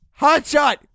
Hotshot